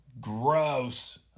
gross